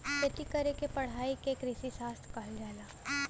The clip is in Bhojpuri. खेती करे क पढ़ाई के कृषिशास्त्र कहल जाला